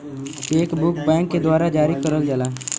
check book bank के द्वारा जारी करल जाला